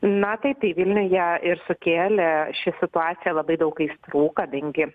na tai tai vilniuje ir sukėlė ši situacija labai daug aistrų kadangi